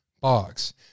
box